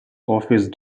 office